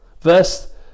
Verse